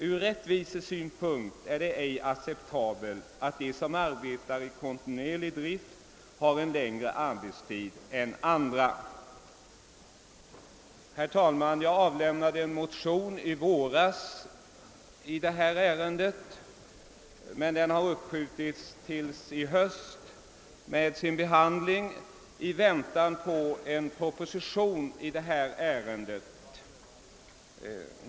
Ur rättvisesynpunkt är det ej acceptabelt att de som arbetar i kontinuerlig drift har en längre arbetstid än andra. i Herr talman! Jag avlämnade i våras en motion i detta ärende, men behandlingen därav har uppskjutits till i höst i väntan på en proposition i frågan.